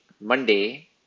Monday